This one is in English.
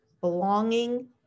belonging